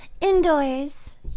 Indoors